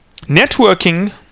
Networking